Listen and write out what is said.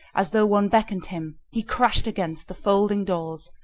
as though one beckoned him, he crashed against the folding doors,